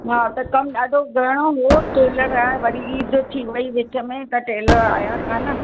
हा त कमु ॾाढो घणो हुओ टेलर वरी ईद थी वई विच में त टेलर आहिया कोन